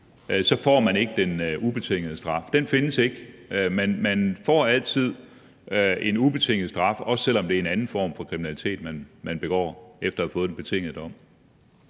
så får man ikke den ubetingede straf; den findes ikke. Man får altid en ubetinget straf, også selv om det er en anden form for kriminalitet, man begår, efter at have fået en betinget dom.